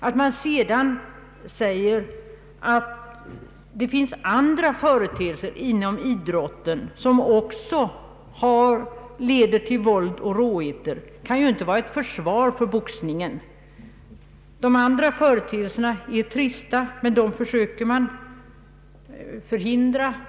Att man sedan säger att det finns andra företeelser inom idrotten som också leder till våld och råheter kan inte vara ett försvar för boxningen. Dessa andra företeelser är trista, men dem söker man förhindra.